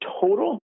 total